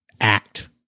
act